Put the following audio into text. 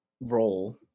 role